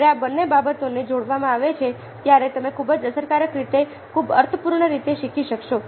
જ્યારે આ બંને બાબતોને જોડવામાં આવે છે ત્યારે તમે ખૂબ જ અસરકારક રીતે ખૂબ અર્થપૂર્ણ રીતે શીખી શકશો